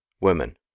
women